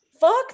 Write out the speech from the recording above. Fuck